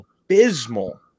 abysmal